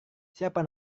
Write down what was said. siapa